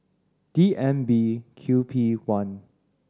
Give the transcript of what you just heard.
D M B Q P one